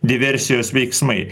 diversijos veiksmai